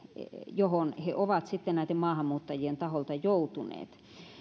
johon he ovat sitten näitten maahanmuuttajien taholta joutuneet